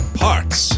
parts